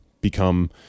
become